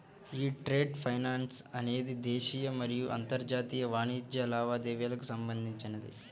యీ trade finance అనేది దేశీయ మరియు అంతర్జాతీయ వాణిజ్య లావాదేవీలకు సంబంధించినది